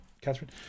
catherine